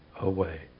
away